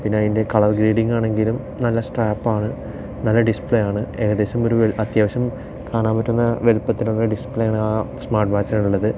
പിന്നെ അതിൻ്റെ കളർ ഗ്രേഡിങ്ങാണെങ്കിലും നല്ല സ്ട്രാപ്പാണ് നല്ല ഡിസ്പ്ലേ ആണ് ഏകദേശം ഒരു അത്യാവശ്യം കാണാൻ പറ്റുന്ന വലുപ്പത്തിലുള്ള ഡിസ്പ്ലേ ആണ് ആ സ്മാർട്ട് വാച്ചിലുള്ളത്